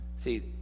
See